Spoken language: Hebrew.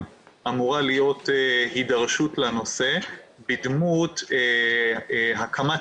אמורה להיות הידרשות לנושא בדמות הקמת